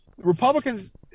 Republicans